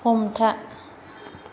हमथा